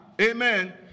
amen